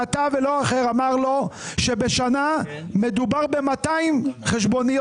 שאתה ולא אחר אמר לו שבשנה מדובר ב-200 חשבוניות,